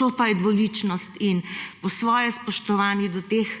To pa je dvoličnost in ob spoštovanju do teh